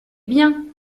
bien